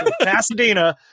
Pasadena